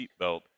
seatbelt